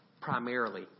primarily